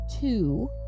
two